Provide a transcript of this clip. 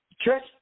Church